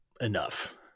enough